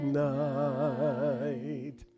night